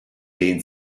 dehnt